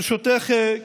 ברשותך,